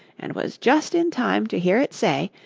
and was just in time to hear it say,